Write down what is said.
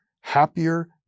happier